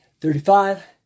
thirty-five